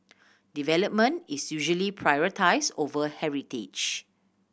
development is usually prioritise over heritage